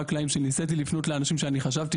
הקלעים ניסיתי לפנות לאנשים שאני חשבתי